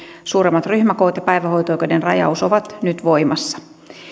suuremmat ryhmäkoot ja päivähoito oikeuden rajaus ovat nyt voimassa